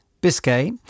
Biscay